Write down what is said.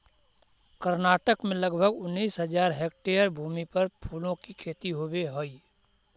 कर्नाटक में लगभग उनीस हज़ार हेक्टेयर भूमि पर फूलों की खेती होवे हई